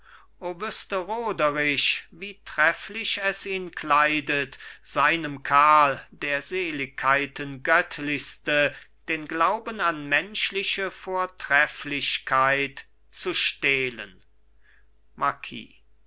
wie trefflich es ihn kleidet seinem karl der seligkeiten göttlichste den glauben an menschliche vortrefflichkeit zu stehlen marquis